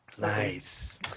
Nice